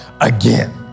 again